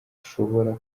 ashobora